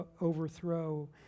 overthrow